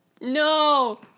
no